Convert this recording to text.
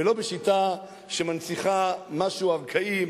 ולא בשיטה שמנציחה משהו ארכאי,